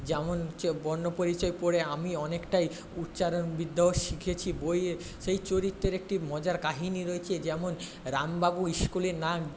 যেমন হচ্ছে বর্ণপরিচয় পড়ে আমি অনেকটাই উচ্চারণবিদ্যাও শিখেছি বইয়ে সেই চরিত্রের একটি মজার কাহিনি রয়েছে যেমন রামবাবু ইস্কুলে না